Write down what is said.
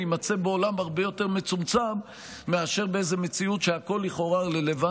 נימצא בעולם הרבה יותר מצומצם מאשר באיזה מציאות שבה הכול רלוונטי,